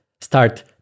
start